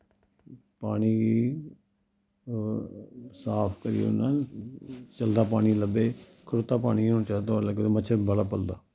पानी गी साफ करी ओड़ना चलदा पानी लब्भै खड़ोता पानी निं होना चाहिदा ओह्दे कन्नै मच्छर बड़ा पलदा